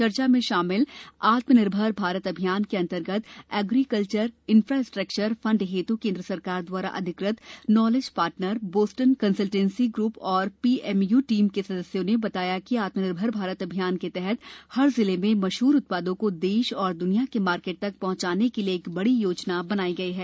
चर्चा में शामिल आत्मनिर्भर भारत अभियान के अन्तर्गत एग्रीकल्चर इन्फास्ट्रक्चर फण्ड हेत् केंद्र सरकार द्वारा अधिकृत knowledge partner Boston consultancy group एवं पीएमयू टीम के सदस्यों ने टीम ने बताया कि आत्मनिर्भर भारत अभियान के तहत हर जिले में मशहर उत्पादों को देश और द्निया के मार्केट तक पहंचाने के लिए एक बड़ी योजना बनाई गई है